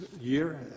year